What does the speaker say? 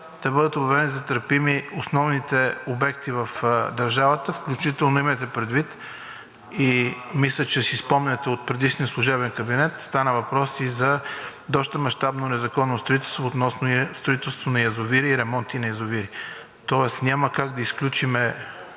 да бъдат обявени за търпими основните обекти в държавата, включително имайте предвид и мисля, че си спомняте от предишния служебен кабинет стана въпрос и за доста мащабно незаконно строителство относно строителството на язовири и ремонти на язовири, тоест няма как да изключим